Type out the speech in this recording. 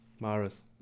Maris